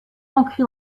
ancré